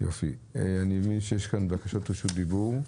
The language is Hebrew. יש כאן בקשות רשות דיבור.